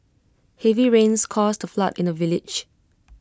heavy rains caused A flood in the village